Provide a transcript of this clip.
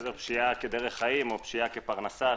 פשיעה כדרך חיים או פשיעה כפרנסה,